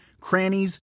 crannies